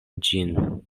ĝin